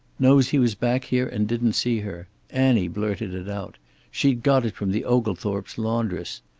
knows he was back here and didn't see her. annie blurted it out she'd got it from the oglethorpe's laundress.